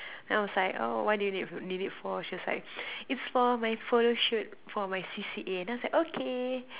then I was like oh what do you need need it for she was like its for my photo shoot for my C_C_A then I was like okay